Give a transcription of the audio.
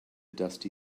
dusty